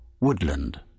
Woodland